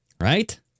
right